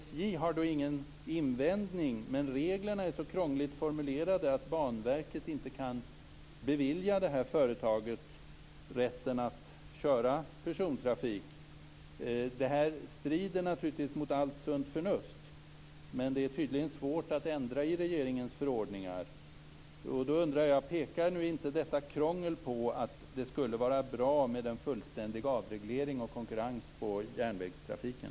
SJ har ingen invändning, men reglerna är så krångligt formulerade att Banverket inte kan bevilja detta företag rätten att köra persontrafik. Detta strider naturligtvis mot allt sunt förnuft. Men det är tydligen svårt att ändra i regeringens förordningar. Pekar inte detta krångel på att det nu skulle vara bra med en fullständig avreglering och konkurrens för järnvägstrafiken?